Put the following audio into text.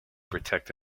protect